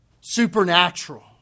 Supernatural